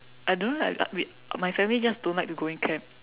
I don't like my family just don't like me going camps